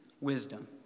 wisdom